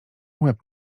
łeb